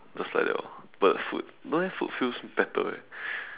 just like that orh but food don't know why food feels better eh